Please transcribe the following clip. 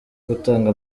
gutanga